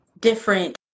different